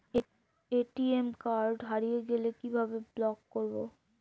ATM card হারিয়ে গেলে কিভাবে ব্লক করবো?